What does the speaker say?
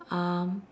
um